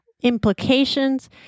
implications